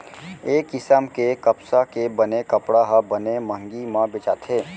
ए किसम के कपसा के बने कपड़ा ह बने मंहगी म बेचाथे